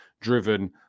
driven